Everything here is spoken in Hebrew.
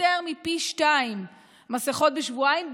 יותר מפי שניים מסכות בשבועיים,